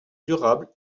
durable